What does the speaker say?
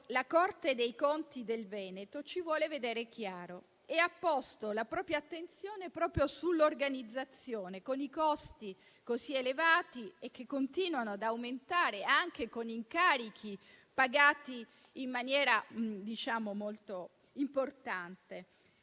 la Corte dei conti del Veneto ci vuole vedere chiaro e ha posto la propria attenzione proprio sull'organizzazione, con i costi così elevati, che continuano ad aumentare anche con incarichi pagati in maniera molto importante.